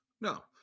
No